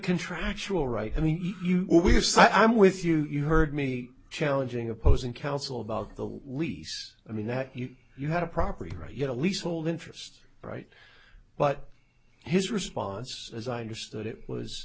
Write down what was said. contractual right i mean obviously i'm with you you heard me challenging opposing counsel about the lease i mean that you you had a property right yet a lease hold interest right but his response as i understood it was